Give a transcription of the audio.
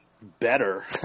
better